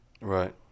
right